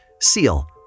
seal